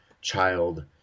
child